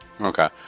Okay